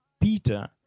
Peter